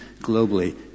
globally